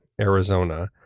Arizona